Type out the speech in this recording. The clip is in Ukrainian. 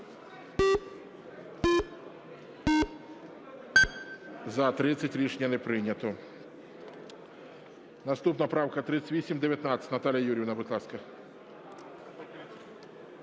За-30 Рішення не прийнято. Наступна правка 3819. Наталія Юріївна, будь ласка.